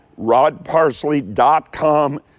rodparsley.com